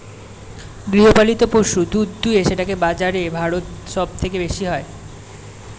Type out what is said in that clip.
গৃহপালিত পশু দুধ দুয়ে সেটাকে বাজারে ভারত সব থেকে বেশি হয়